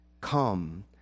come